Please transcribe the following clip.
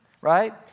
right